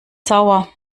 sauer